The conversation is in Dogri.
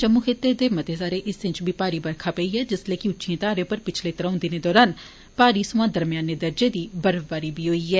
जम्मू खित्ते दे मते सारे हिस्सें च बी भारी बरखा पेई जिस्सलै कि उच्चिए थ्हारें उप्पर पिच्छले त्रंऊ दिने दौरान भारी सोयां दरमेयाने दर्जे दी बर्फबारी होई ऐ